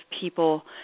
people